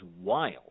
wild